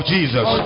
Jesus